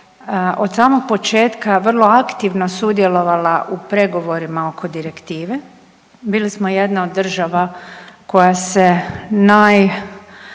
od samog početka vrlo aktivno sudjelovala u pregovorima oko direktive. Bili smo jedna od država koja se najjače